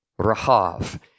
Rahav